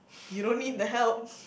you don't need the help